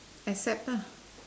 except lah